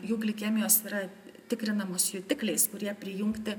jų glikemijos yra tikrinamos jutikliais kurie prijungti